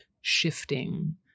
shifting